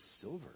silver